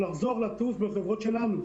לחזור לטוס בחברות שלנו,